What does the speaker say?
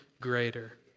greater